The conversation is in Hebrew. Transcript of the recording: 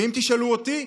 ואם תשאלו אותי,